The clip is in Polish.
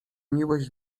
miłość